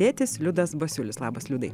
tėtis liudas basiulis labas liudai